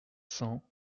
cents